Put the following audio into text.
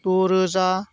गु रोजा